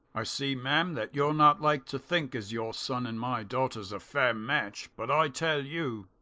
i see ma'am that you're not like to think as your son and my daughter's a fair match but i tell you